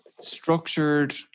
Structured